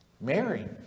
Mary